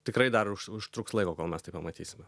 tikrai dar už užtruks laiko kol mes tai pamatysime